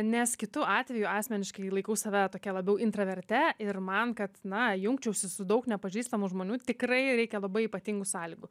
nes kitu atveju asmeniškai laikau save tokia labiau intraverte ir man kad na jungčiausi su daug nepažįstamų žmonių tikrai reikia labai ypatingų sąlygų